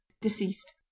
Deceased